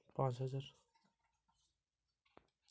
আমার সেভিংস অ্যাকাউন্টে কত টাকা ব্যালেন্স আছে?